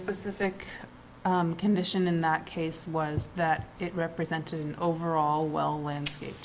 specific condition in that case was that it represented an overall well landscape